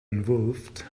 involved